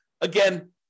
Again